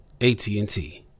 AT&T